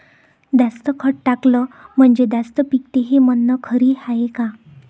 जास्त खत टाकलं म्हनजे जास्त पिकते हे म्हन खरी हाये का?